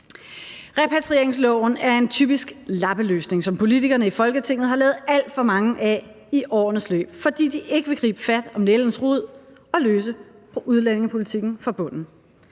Repatrieringsloven er en typisk lappeløsning, som politikerne i Folketinget har lavet alt for mange af i årenes løb, fordi de ikke vil gribe fat om nældens rod og løse udlændingepolitikken fra bunden.